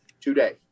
today